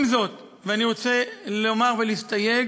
עם זאת, ואני רוצה לומר ולהסתייג,